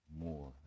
more